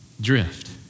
drift